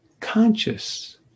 Conscious